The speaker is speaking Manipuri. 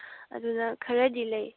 ꯑꯗꯨꯅ ꯈꯔꯗꯤ ꯂꯩ